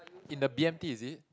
in the b_m_t is it